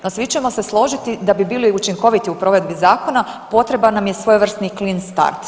No, svi ćemo se složiti da bi bili učinkoviti u provedbi zakona potreban nam je svojevrstan clean start.